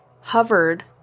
hovered